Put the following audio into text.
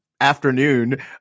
afternoon